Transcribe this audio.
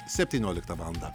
septynioliktą valandą